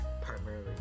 primarily